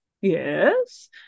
Yes